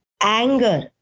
anger